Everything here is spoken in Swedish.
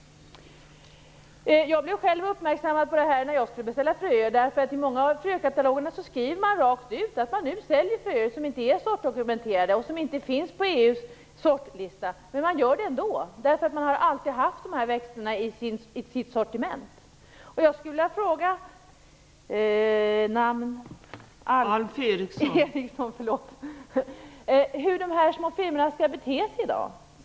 Jag blev själv uppmärksammad på detta när jag skulle beställa fröer. I många frökataloger skriver man rakt ut att man säljer fröer som inte är sortdokumenterade och som inte finns med på EU:s sortlista Man gör det ändå därför att man alltid haft dessa växter i sitt sortiment. Jag skulle vilja fråga Alf Eriksson hur de små firmorna skall bete sig i dag.